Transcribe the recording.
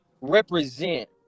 represent